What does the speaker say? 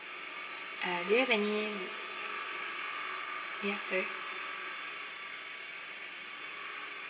uh do you have any ya sorry